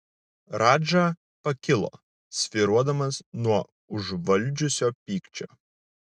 radža pakilo svyruodamas nuo užvaldžiusio pykčio